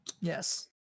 yes